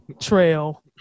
trail